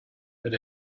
but